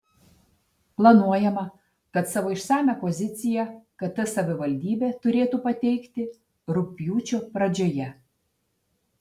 planuojama kad savo išsamią poziciją kt savivaldybė turėtų pateikti rugpjūčio pradžioje